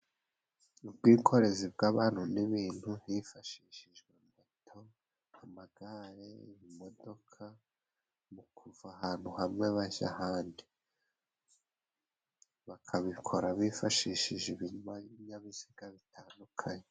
Ubwikorezi bw'abantu n'ibintu hifashishijwe moto, amagare, imodoka, mu kuva ahantu hamwe baja ahandi. Bakabikora bifashishije ibinyainyabiziga bitandukanye.